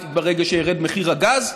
אוטומטית ברגע שירד מחיר הגז,